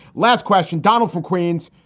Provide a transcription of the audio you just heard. last question, donald from queens.